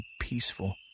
peaceful